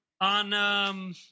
on